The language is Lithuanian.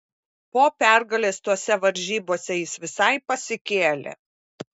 po pergalės tose varžybose jis visai pasikėlė